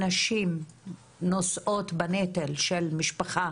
הנשים נושאות בנטל של משפחה